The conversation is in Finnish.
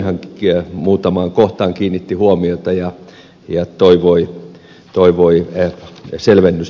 pulliainenhan muutamaan kohtaan kiinnitti huomiota ja toivoi selvennystä